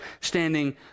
standing